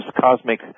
cosmic